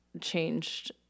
changed